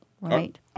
right